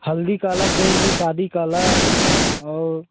हल्दी का अलग देंगी शादी का अलग और